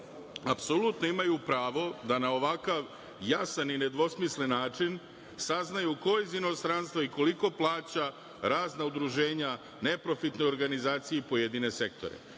apsolutno imaju pravo da na ovakav jasan i nedvosmislen način saznaju ko iz inostranstva i koliko plaća razna udruženja, neprofitne organizacije i pojedine sektore,